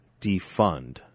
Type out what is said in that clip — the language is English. defund